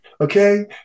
okay